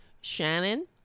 Shannon